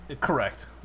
Correct